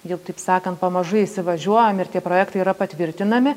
jau taip sakant pamažu įsivažiuojam ir tie projektai yra patvirtinami